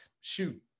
shoot